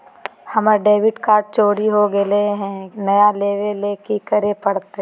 हमर debit card चोरी हो गेले हई, नया लेवे ल की करे पड़तई?